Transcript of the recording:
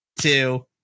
two